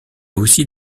aussi